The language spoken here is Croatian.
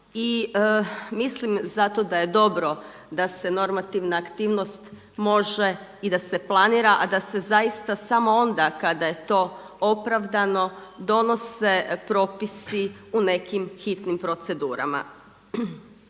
I mislim zato da je dobro da se normativna aktivnost može i da se planira a da se zaista samo onda kada je to opravdano donose propisi u nekim hitnim procedurama.